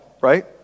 right